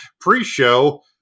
pre-show